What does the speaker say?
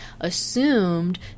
assumed